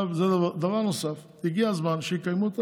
דבר נוסף, הגיע הזמן שיקיימו.